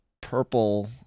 purple